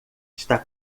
está